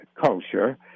culture